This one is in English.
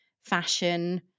fashion